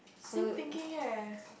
same thinking eh